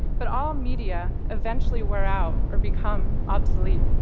but all media eventually wear out or become obsolete.